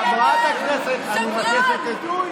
חברת הכנסת שיר.